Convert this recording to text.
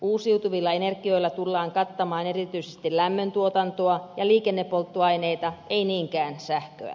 uusiutuvilla energioilla tullaan kattamaan erityisesti lämmön tuotantoa ja liikennepolttoaineita ei niinkään sähköä